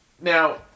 Now